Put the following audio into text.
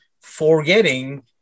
forgetting